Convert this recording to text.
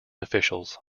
officials